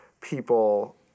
people